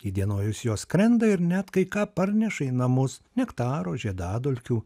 įdienojus jos skrenda ir net kai ką parneša į namus nektaro žiedadulkių